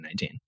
2019